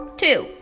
two